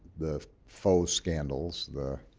the faux scandals, the